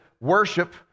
Worship